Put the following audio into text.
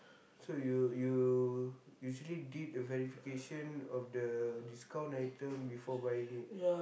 so you you usually did a verification of the discount item before buying it